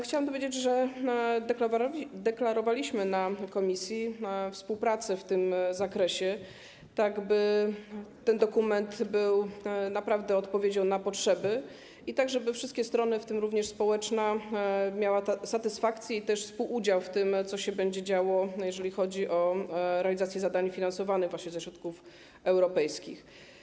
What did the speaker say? Chciałam powiedzieć, że deklarowaliśmy na posiedzeniu komisji współpracę w tym zakresie, tak by ten dokument był naprawdę odpowiedzią na potrzeby i tak żeby wszystkie strony, w tym również społeczna, miały satysfakcję i współudział w tym, co się będzie działo, jeżeli chodzi o realizację zadań finansowanych ze środków europejskich.